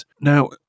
Now